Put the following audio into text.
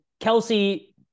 Kelsey